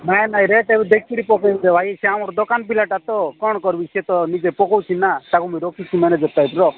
ନାଇ ନାଇ ରେଟ୍ଟାକୁ ଦେଖିକିରି ପକାଉଛି ଭାଇ ସେ ଆମର ଦୋକାନ ପିଲାଟା ତ କ'ଣ କରିବି ସେତ ନିଜେ ପକାଉଛି ନା ତାକୁ ମୁଁ ରଖିଛି ଗୋଟେ ଟାଇପ୍ର